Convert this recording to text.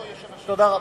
תודה.